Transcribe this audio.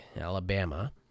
Alabama